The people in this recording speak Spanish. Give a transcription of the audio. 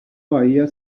bahía